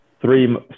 three